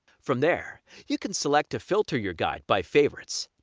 from there you can select to filter your guide by favorites,